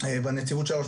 אלינו ואל נציבות שירות